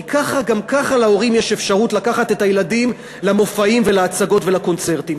כי גם ככה להורים יש אפשרות לקחת את הילדים למופעים ולהצגות ולקונצרטים.